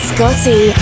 Scotty